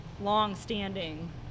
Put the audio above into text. long-standing